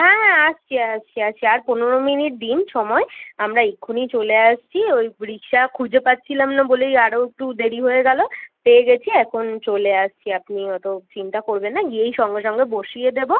হ্যাঁ হ্যাঁ আসছি আসছি আসছি আর পনেরো মিনিট দিন সময় আমরা এক্ষুণিই চলে আসছি ওই রিক্সা খুঁজে পাচ্ছিলাম না বলেই আরও একটু দেরি হয়ে গেলো পেয়ে গেছি এখন চলে আসছি আপনিও অতো চিন্তা করবেন না গিয়েই সঙ্গে সঙ্গে বসিয়ে দেবো